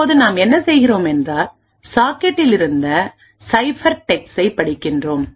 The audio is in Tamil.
இப்போது நாம் என்ன செய்கிறோம் என்றால் சாக்கெட்டில் இருந்த சைஃபெர்டெக்ஸ்டைப் படிக்கிறோம்